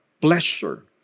pleasure